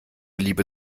liebe